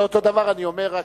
אותו דבר אני אומר,